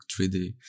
3d